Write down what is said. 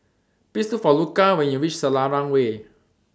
Please Look For Luca when YOU REACH Selarang Way